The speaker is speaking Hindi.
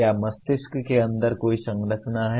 क्या मस्तिष्क के अंदर कोई संरचना है